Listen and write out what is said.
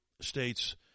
states